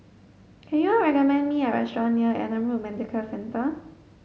can you recommend me a restaurant near Adam Road Medical Centre